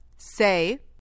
Say